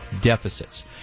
deficits